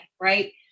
right